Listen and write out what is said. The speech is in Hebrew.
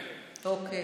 אוקיי.